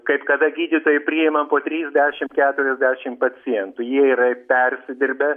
kaip kada gydytojai priima po trisdešim keturiasdešim pacientų jie yra persidirbę